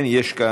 כן, יש כאן